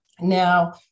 Now